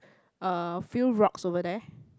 a few rocks over there